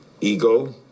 ego